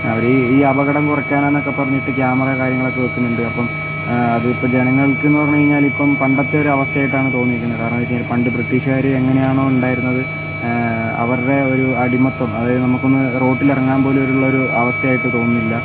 അവർ ഈ ഈ അപകടം കുറയ്ക്കാൻ എന്നൊക്കെ പറഞ്ഞിട്ട് ക്യാമറ കാര്യങ്ങളൊക്കെ വയ്ക്കുന്നുണ്ട് അപ്പം അതിപ്പോൾ ജനങ്ങൾക്ക് എന്ന് പറഞ്ഞുകഴിഞ്ഞാൽ ഇപ്പം പണ്ടത്തെ ഒരു അവസ്ഥയായിട്ടാണ് തോന്നിയിരിക്കുന്നത് കാരണം എന്താണ് വെച്ചുകഴിഞ്ഞാൽ പണ്ട് ബ്രിട്ടീഷുകാർ എങ്ങനെയാണോ ഉണ്ടായിരുന്നത് അവരുടെയൊരു അടിമത്വം അതായത് നമുക്ക് ഒന്ന് റോട്ടിൽ ഇറങ്ങാൻ പോലുമുള്ളൊരു അവസ്ഥയായിട്ട് തോന്നുന്നില്ല